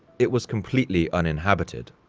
it was completely uninhabited.